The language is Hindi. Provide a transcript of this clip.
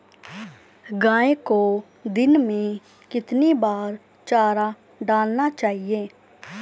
गाय को दिन में कितनी बार चारा डालना चाहिए?